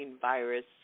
virus